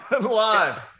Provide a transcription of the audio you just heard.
live